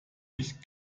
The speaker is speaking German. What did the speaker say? nicht